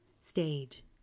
stage